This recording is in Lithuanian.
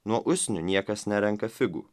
nuo usnių niekas nerenka figų